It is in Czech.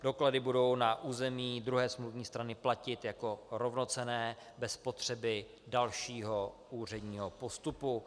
Doklady budou na území druhé smluvní strany platit jako rovnocenné bez potřeby dalšího úředního postupu.